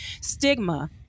stigma